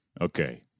Okay